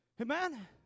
Amen